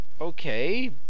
okay